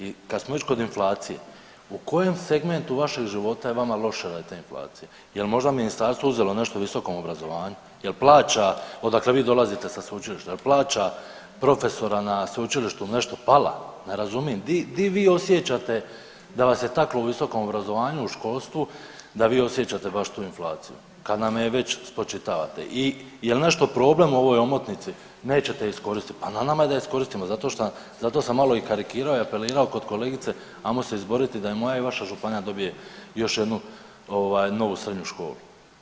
I kad smo već kod inflacije, u kojem segmentu vašeg života je vama loše radi te inflacije, jel možda ministarstvo uzelo nešto visokom obrazovanju, jel plaća odakle vi dolazite sa sveučilišta, jel plaća profesora na sveučilištu nešto pala, ne razumim di, di vi osjećate da vas je taklo u visokom obrazovanju, u školstvu da vi osjećate baš tu inflaciju, kad nam je već spočitavate i jel nešto problem u ovoj omotnici, nećete je iskoristit, pa na nama je da je iskoristimo zato šta, zato sam malo i karikirao i apelirao kod kolegice ajmo se izboriti da i moja i vaša županija dobije još jednu ovaj novu srednju školu.